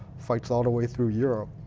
fights all the way through europe.